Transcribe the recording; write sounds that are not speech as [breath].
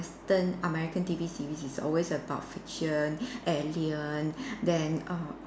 ~tern American T_V series is always about fiction [breath] alien then err